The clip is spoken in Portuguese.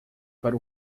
para